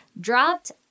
Dropped